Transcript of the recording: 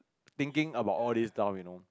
thinking about all this now you know